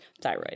thyroid